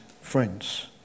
friends